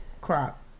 crop